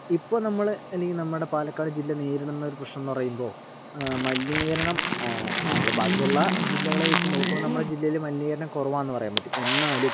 ഇപ്പോൾ നമ്മൾ അല്ലെങ്കിൽ നമ്മുടെ പാലക്കാട് ജില്ല നേരിടുന്ന ഒരു പ്രശ്നമെന്ന് പറയുമ്പോൾ മലിനീകരണം നമ്മുടെ ബാക്കിയുള്ള ജില്ലകളെ വെച്ച് നോക്കുമ്പോൾ നമ്മുടെ ജില്ലയിൽ മലിനീകരണം കുറവാണെന്ന് പറയാൻ പറ്റും എന്നാലും